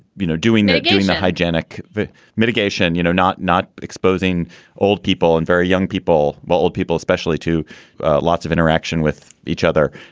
you know, doing that, doing the hygenic mitigation, you know, not not exposing old people and very young people, but old people especially to lots of interaction with each other.